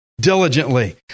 diligently